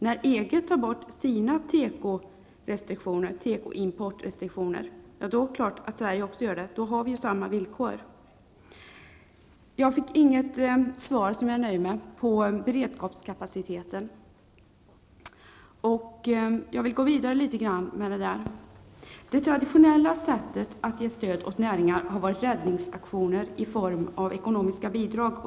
När EG tar bort sina tekoimportrestriktioner, är det klart att Sveige också gör det. Då har vi samma villkor. Jag fick inget svar som jag är nöjd med på frågan om beredskapskapaciteten. Jag vill gå litet vidare med den frågan. Det traditionella sättet att ge stöd åt näringar har varit räddningsaktioner i form av ekonomiska bidrag.